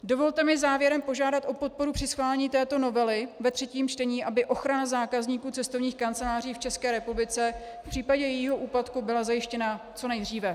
Dovolte mi závěrem požádat o podporu při schválení této novely ve třetím čtení, aby ochrana zákazníků cestovních kanceláří v České republice v případě jejich úpadku byla zajištěna co nejdříve.